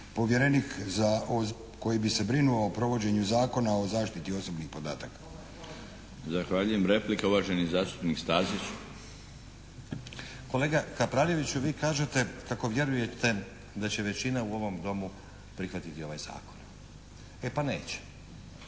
povjerenik za, koji bi se brinuo o provođenje Zakona o zaštiti osobnih podataka. **Milinović, Darko (HDZ)** Zahvaljujem. Replika, uvaženi zastupnik Stazić. **Stazić, Nenad (SDP)** Kolega Kapraljeviću vi kažete kako vjerujete da će većina u ovom Domu prihvatiti ovaj zakon. E pa neće.